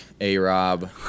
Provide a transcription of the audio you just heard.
A-Rob